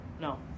No